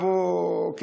אבו כאמל?)